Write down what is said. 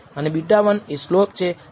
અને β1 સ્લોપ છે